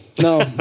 no